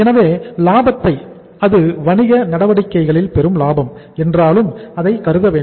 எனவே லாபத்தை அது வணிக நடவடிக்கைகளில் பெறும் லாபம் என்றாலும் அதை கருதவேண்டும்